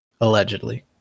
allegedly